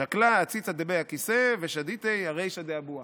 "שקלה עציצא דבית הכסא ושדיתיה ארישא דאבוה"